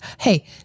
Hey